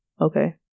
okay